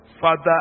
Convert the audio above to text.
Father